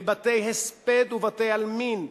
לבתי-הספד ובתי-עלמין,